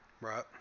Right